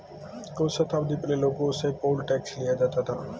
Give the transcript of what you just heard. कुछ शताब्दी पहले लोगों से पोल टैक्स लिया जाता था